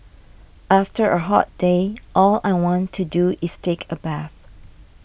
after a hot day all I want to do is take a bath